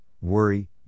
worry